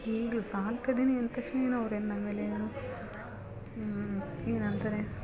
ಈಗಲೂ ಸಾಕ್ತಿದೀನಿ ಅಂದ ತಕ್ಷಣ ಏನು ಅವ್ರೇನೂ ನನ್ಮೇಲೆ ಏನು ಏನಂತಾರೆ